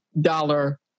dollar